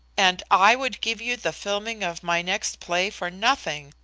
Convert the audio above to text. and i would give you the filming of my next play for nothing,